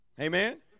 Amen